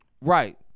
right